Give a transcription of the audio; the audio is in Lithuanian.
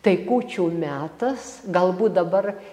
tai kūčių metas galbūt dabar